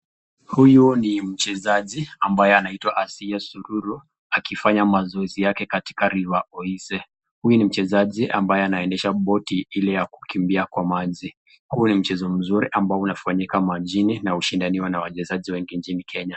Huyu ni mchezaji ambaye anaitwa Hasia Sururu akifanya mazoezi yake katika [river] Oise. Huyu ni mchezaji ambaye anaendesha boti ile ya kukimbia kwa maji. Huu ni mchezo mzuri ambao unafanyika majini na hushindaniwa na wachezaji wengi nchini Kenya.